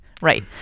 right